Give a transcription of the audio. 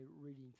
reading